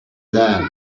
then